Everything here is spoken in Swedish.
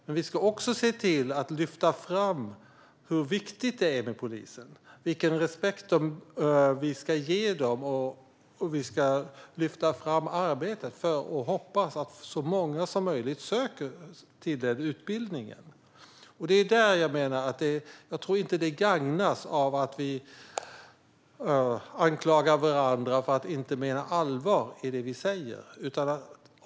Men vi ska också se till att lyfta fram hur viktigt det är med polisen. Vi ska ge poliser respekt, lyfta fram arbetet och hoppas att så många som möjligt söker till den utbildningen. Jag tror inte att polisen gagnas av att vi anklagar varandra för att inte mena allvar i det vi säger.